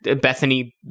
Bethany